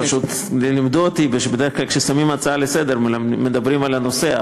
פשוט לימדו אותי שבדרך כלל כששמים הצעה לסדר-היום מדברים על הנושא,